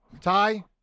Ty